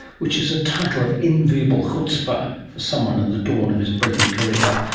which is a title of enviable chutzpah for someone at the dawn of his brilliant career.